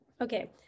Okay